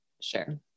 Sure